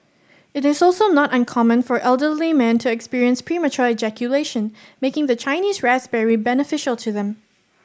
it is also not uncommon for elderly men to experience premature ejaculation making the Chinese raspberry beneficial to them